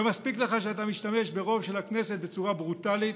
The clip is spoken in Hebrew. לא מספיק לך שאתה משתמש ברוב של הכנסת בצורה ברוטלית,